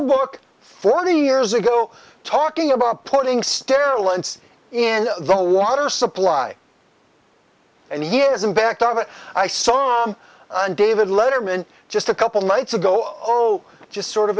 a book forty years ago talking about putting stair lengths in the water supply and he hasn't backed out of it i saw him and david letterman just a couple nights ago oh just sort of